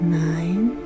nine